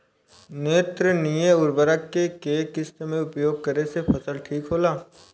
नेत्रजनीय उर्वरक के केय किस्त मे उपयोग करे से फसल ठीक होला?